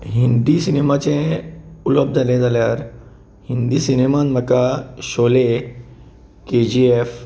हिंदी सिनेमाचे उलोवप जालें जाल्यार हिंदी सिनेमान म्हाका शोले केजीएफ